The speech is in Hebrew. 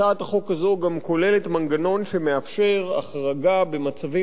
הצעת החוק הזו גם כוללת מנגנון שמאפשר החרגה במצבים